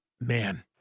man